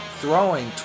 throwing